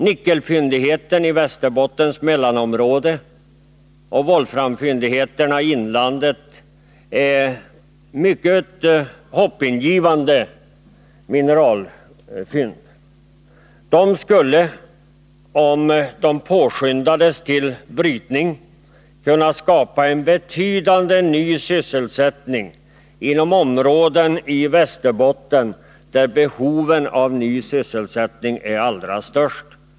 Nickelfyndigheten i Västerbottens mellanområde och volframfyndigheterna i inlandet är mycket hoppingivande mineralfynd. De skulle, om en brytning påskyndas, kunna skapa betydande ny sysselsättning inom områden av Västerbotten där behoven av ny sysselsättning är allra störst.